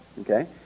Okay